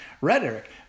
rhetoric